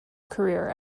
career